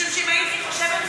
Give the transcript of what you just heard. משום שאם הייתי חושבת,